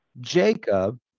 Jacob